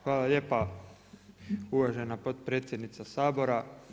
Hvala lijepa uvažena potpredsjednice Sabora.